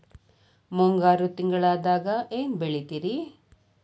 ಮುಂಗಾರು ತಿಂಗಳದಾಗ ಏನ್ ಬೆಳಿತಿರಿ?